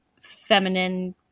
feminine